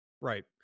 Right